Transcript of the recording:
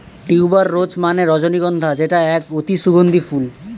tuber rose মানে রজনীগন্ধা যেটা এক অতি সুগন্ধি ফুল